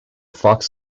fox